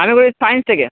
আমি পড়েছি সায়েন্স থেকে